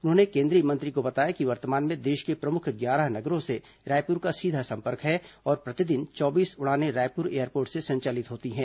उन्होंने केंद्रीय मंत्री को बताया कि वर्तमान में देश के प्रमुख ग्यारह नगरों से रायपुर का सीधा संपर्क है और प्रतिदिन चौबीस उड़ाने रायपुर एयरपोर्ट से संचालित होती है